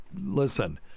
listen